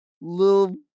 little